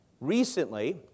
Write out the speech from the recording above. Recently